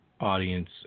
audience